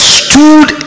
stood